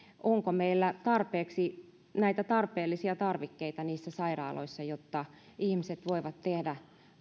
onko meillä tarpeeksi näitä tarpeellisia tarvikkeita sairaaloissa jotta ihmiset voivat tehdä